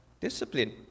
discipline